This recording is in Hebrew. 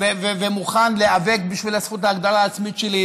ומוכן להיאבק בשביל זכות ההגדרה העצמית שלי,